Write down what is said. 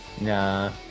Nah